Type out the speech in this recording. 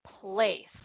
place